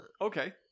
Okay